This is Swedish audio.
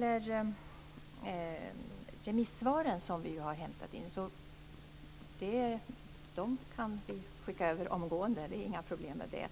De remissvar som vi ju har hämtat in kan vi skicka över omgående. Det är inga problem med det.